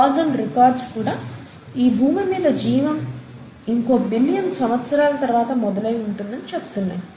fossil records కూడా ఈ భూమి మీద జీవం ఇంకో బిలియన్ సంవత్సరాల తర్వాత మొదలయ్యి ఉంటుందని చెప్తున్నాయి